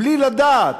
בלי לדעת,